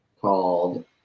called